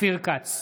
אופיר כץ,